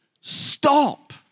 stop